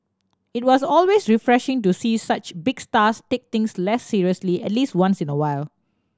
it was always refreshing to see such big stars take things less seriously at least once in a while